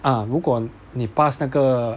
啊如果你 pass 那个